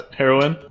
heroin